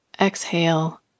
Exhale